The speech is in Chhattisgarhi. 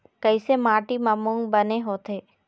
कइसे माटी म मूंग बने होथे?